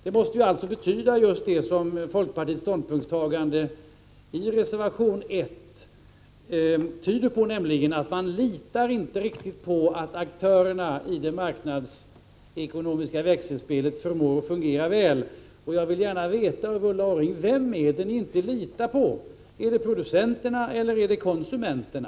Det måste alltså betyda just det som folkpartiets ställningstagande i reservation 1 tyder på, nämligen att man inte riktigt litar på att aktörerna i det marknadsekonomiska växelspelet förmår fungera väl. Jag vill gärna veta: Vem är det ni inte litar på — är det producenterna eller är det konsumenterna?